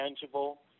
tangible